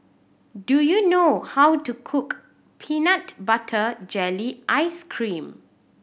do you know how to cook peanut butter jelly ice cream